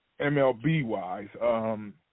MLB-wise